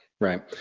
right